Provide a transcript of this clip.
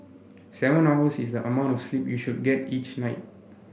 seven hours is the amount of sleep you should get each night